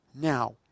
now